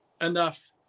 enough